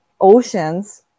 oceans